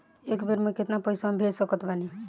एक बेर मे केतना पैसा हम भेज सकत बानी?